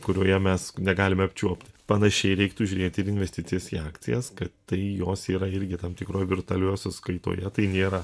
kurioje mes negalime apčiuopti panašiai reiktų žiūrėti ir į investicijas į akcijas kad tai jos yra irgi tam tikroj virtualioje sąskaitoje tai nėra